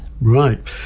Right